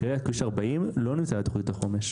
זה כביש שנמצא בתהליכי עבודה,